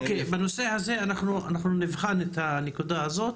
אנחנו נבחן את הנושא הזה.